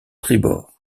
tribord